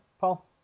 Paul